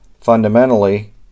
fundamentally